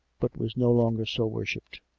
but was no longer so worshipped.